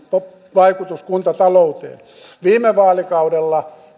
vaikutus kuntatalouteen viime vaalikaudella